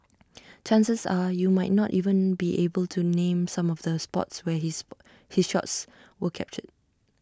chances are you might not even be able to name some of the spots where his Sport he shots were captured